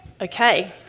Okay